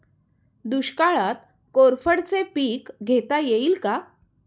दुष्काळात कोरफडचे पीक घेता येईल का?